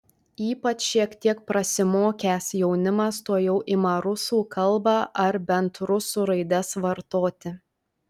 ypač šiek tiek prasimokęs jaunimas tuojau ima rusų kalbą ar bent rusų raides vartoti